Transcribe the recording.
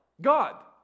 God